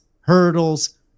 hurdles